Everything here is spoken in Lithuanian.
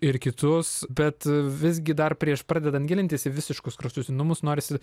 ir kitus bet visgi dar prieš pradedant gilintis į visiškus kraštutinumus norisi